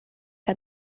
que